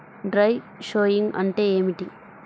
Dry sowing అంటే ఏమిటి?